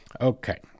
Okay